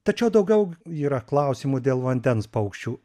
tačiau daugiau yra klausimų dėl vandens paukščių